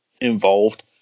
involved